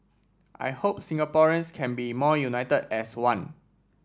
I hope Singaporeans can be more united as one